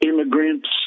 immigrants